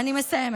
אני מסיימת.